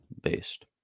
based